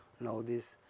now, this